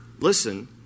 listen